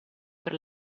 per